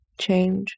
change